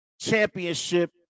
championship